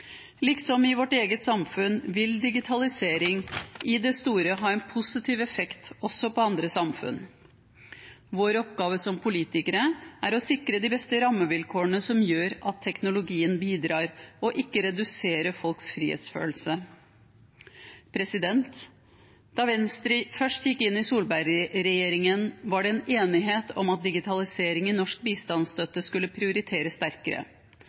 i vårt eget samfunn vil digitalisering i det store ha en positiv effekt også på andre samfunn. Vår oppgave som politikere er å sikre de beste rammevilkårene som gjør at teknologien bidrar til og ikke reduserer folks frihetsfølelse. Da Venstre først gikk inn i Solberg-regjeringen, var det en enighet om at digitalisering i norsk bistandsstøtte skulle prioriteres sterkere.